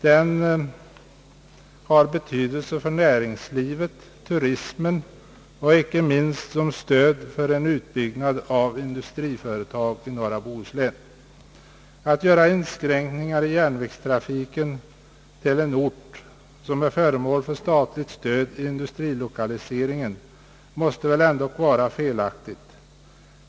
Den har betydelse för näringslivet och turismen och inte minst som stöd för en utbyggnad av industriföretag i norra Bohuslän. Ait göra inskränkningar i järnvägstrafiken till en ort, som är föremål för statligt stöd i industrilokaliseringen, måste väl ändå vara felaktigt.